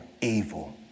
evil